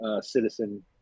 citizen